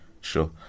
Sure